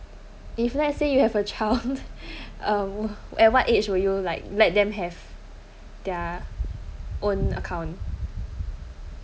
if let say you have a child um at what age you like let them have their own account